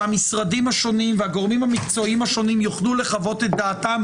שהמשרדים השונים והגורמים המקצועיים השונים יוכלו לחוות את דעתם,